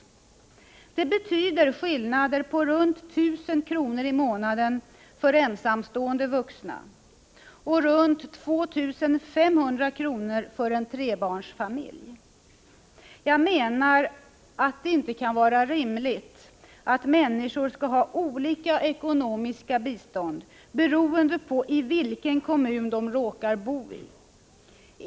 Det betyder skillnader på runt 1000 kr. i månaden för ensamstående vuxna och runt 2 500 kr. för trebarnsfamiljer. Det kan inte vara rimligt att människor skall ha olika stort ekonomiskt bistånd beroende på i vilken kommun de råkar bo.